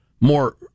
more